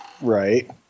Right